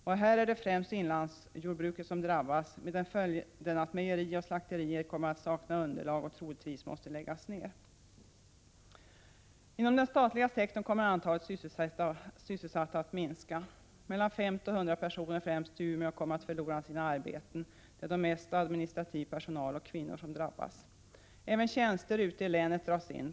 Det är främst inlandsjordbruket som drabbas, varav följer att mejerier och slakterier kommer att sakna underlag och troligtvis måste läggas ner. Inom den statliga sektorn kommer antalet sysselsatta att minska. Mellan 50 och 100 personer främst i Umeå kommer att förlora sina arbeten. Det är i första hand administrativ personal, och då främst kvinnor, som drabbas. Även tjänster ute i länet dras in.